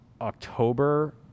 October